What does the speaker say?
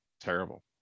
terrible